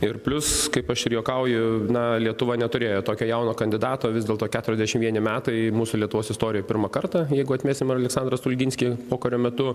ir plius kaip aš ir juokauju na lietuva neturėjo tokio jauno kandidato vis dėlto keturiasdešim vieni metai mūsų lietuvos istorijoj pirmą kartą jeigu atmesim aleksandrą stulginskį pokario metu